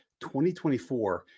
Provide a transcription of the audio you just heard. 2024